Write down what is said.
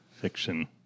fiction